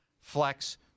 flex